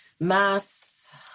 mass